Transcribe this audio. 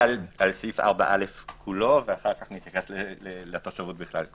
סעיף 4א כולו ואז נתייחס לתושבות בכלל.